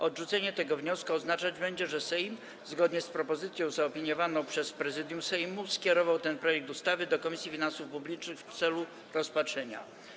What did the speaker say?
Odrzucenie tego wniosku oznaczać będzie, że Sejm, zgodnie z propozycją zaopiniowaną przez Prezydium Sejmu, skierował ten projekt ustawy do Komisji Finansów Publicznych w celu rozpatrzenia.